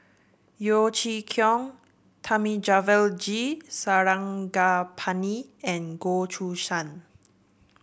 Yeo Chee Kiong Thamizhavel G Sarangapani and Goh Choo San